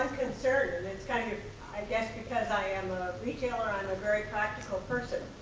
it's kind of i guess because i am a retailer, i'm a very practical person,